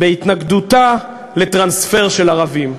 בהתנגדותה לטרנספר של ערבים.